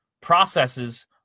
Processes